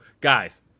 Guys